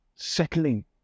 settling